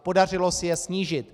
Podařilo se je snížit.